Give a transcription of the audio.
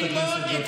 אחד תביא לי, אחד.